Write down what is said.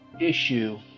issue